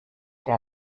der